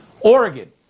Oregon